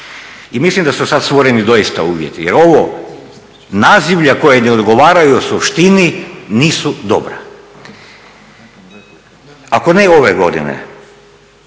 i mislim da su sada stvoreni doista uvjeti jer ovo, nazivlja koje ne odgovaraju u suštini nisu dobra. Ako ne ove godine,